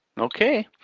okay.